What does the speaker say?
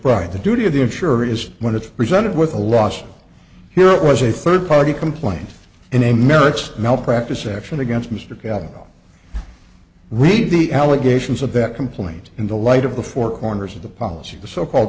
the duty of the insurer is when it's presented with a loss here it was a third party complaint in a marriage that malpractise action against mr carroll reed the allegations of that complaint in the light of the four corners of the policy the so called